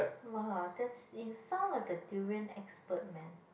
!wow! that's you sound like a durian expert man